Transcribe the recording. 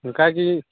ᱚᱱᱠᱟᱜᱤ